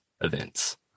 events